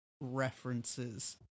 references